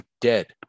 dead